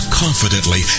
confidently